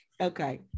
Okay